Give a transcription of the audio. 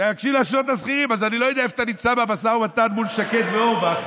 אני לא יודע איפה אתה נמצא במשא ומתן מול שקד ואורבך,